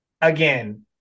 again